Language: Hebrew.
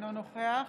אינו נוכח